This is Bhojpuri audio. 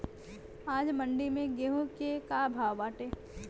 आज मंडी में गेहूँ के का भाव बाटे?